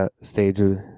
stage